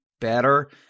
better